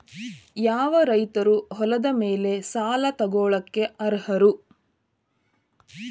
ಯಾವ ರೈತರು ಹೊಲದ ಮೇಲೆ ಸಾಲ ತಗೊಳ್ಳೋಕೆ ಅರ್ಹರು?